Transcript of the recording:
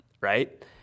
right